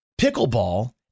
pickleball